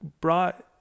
brought